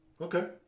Okay